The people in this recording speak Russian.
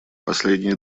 последние